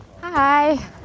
Hi